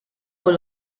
por